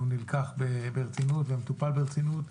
הוא נלקח ברצינות ומטופל ברצינות.